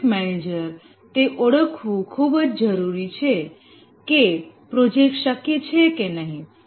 project manager તે ઓળખવું ખૂબ જ જરૂરી છે કે પ્રોજેક્ટ શક્ય છે કે નહીં